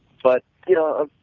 but, you know,